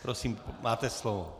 Prosím, máte slovo.